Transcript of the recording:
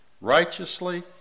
righteously